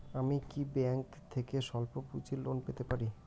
আমি কি ব্যাংক থেকে স্বল্প পুঁজির লোন পেতে পারি?